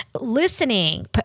listening